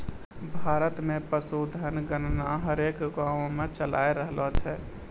भारत मे पशुधन गणना हरेक गाँवो मे चालाय रहलो छै